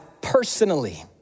personally